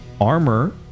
armor